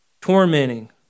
tormenting